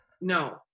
no